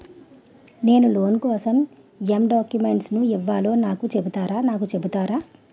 నేను లోన్ కోసం ఎం డాక్యుమెంట్స్ ఇవ్వాలో నాకు చెపుతారా నాకు చెపుతారా?